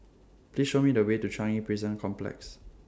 Please Show Me The Way to Changi Prison Complex